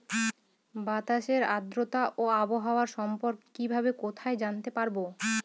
বাতাসের আর্দ্রতা ও আবহাওয়া সম্পর্কে কিভাবে কোথায় জানতে পারবো?